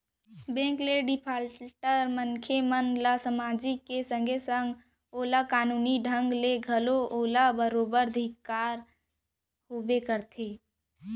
bank ले defaulter मनसे ल समाजिक के संगे संग ओला कानूनी ढंग ले घलोक ओला बरोबर दिक्कत होबे करथे